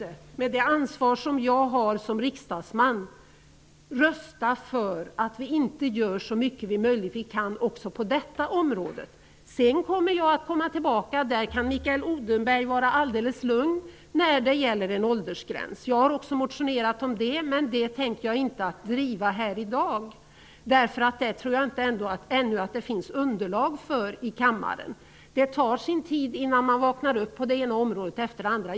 Jag kan med det ansvar jag har som riksdagsman inte rösta för att inte göra så mycket vi kan också på detta område. Jag kommer tillbaka -- Mikael Odenberg kan vara alldeles lugn -- när det gäller en åldersgräns. Jag har också motionerat om det, men den frågan tänker jag inte driva här i dag. Jag tror inte att det finns underlag för ett beslut här i kammaren ännu. Det tar sin tid att vakna upp -- det gäller det ena området efter det andra.